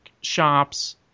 shops